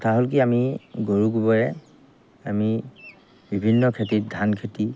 কথা হ'ল কি আমি গৰু গোবৰেৰে আমি বিভিন্ন খেতিত ধান খেতি